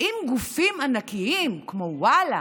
אם גופים ענקיים כמו וואלה,